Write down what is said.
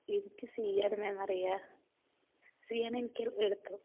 എനിക്ക് സി ആണ് മാം അറിയാ സി ആണെനിക്ക് എളുപ്പം